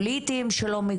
לחסום אותו,